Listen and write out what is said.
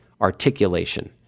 articulation